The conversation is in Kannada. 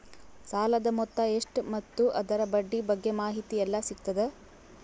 ಸಾಲದ ಮೊತ್ತ ಎಷ್ಟ ಮತ್ತು ಅದರ ಬಡ್ಡಿ ಬಗ್ಗೆ ಮಾಹಿತಿ ಎಲ್ಲ ಸಿಗತದ?